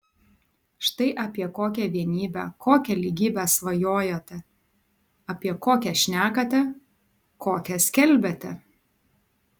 štai apie kokią vienybę kokią lygybę svajojate apie kokią šnekate kokią skelbiate